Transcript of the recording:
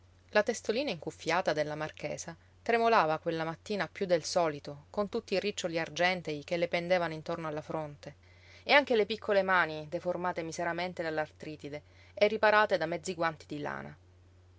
la testolina incuffiata della marchesa tremolava quella mattina piú del solito con tutti i riccioli argentei che le pendevano intorno alla fronte e anche le piccole mani deformate miseramente dall'artritide e riparate da mezzi guanti di lana